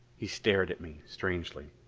he stared at me strangely.